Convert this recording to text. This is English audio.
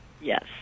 Yes